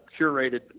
curated